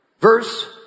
verse